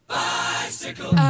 bicycle